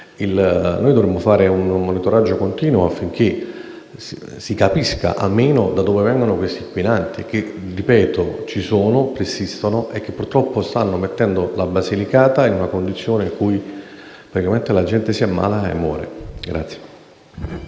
Dovremmo effettuare un monitoraggio continuo affinché si capisca almeno da dove vengono questi inquinanti, che - ripeto - ci sono, esistono e, purtroppo, stanno mettendo la Basilicata in una condizione in cui la gente si ammala e muore.